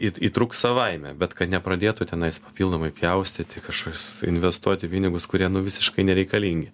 į įtrūks savaime bet kad nepradėtų tenais papildomai pjaustyti kažkas investuoti pinigus kurie nu visiškai nereikalingi